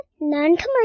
non-commercial